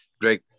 Drake